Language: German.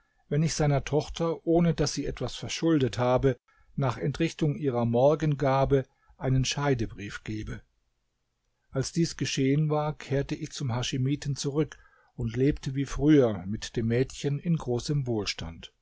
wenn ich seiner tochter ohne daß sie etwas verschuldet habe nach entrichtung ihrer morgengabe einen scheidebrief gebe als dies geschehen war kehrte ich zum haschimiten zurück und lebte wie früher mit dem mädchen in großem wohlstand